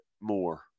more